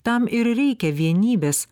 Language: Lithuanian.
tam ir reikia vienybės